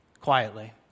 quietly